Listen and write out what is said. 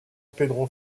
pedro